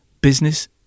Business